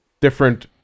different